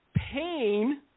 Pain